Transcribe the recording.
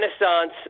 renaissance